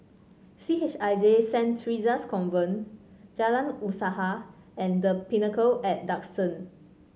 C H I J Saint Theresa's Convent Jalan Usaha and The Pinnacle at Duxton